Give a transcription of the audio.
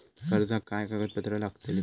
कर्जाक काय कागदपत्र लागतली?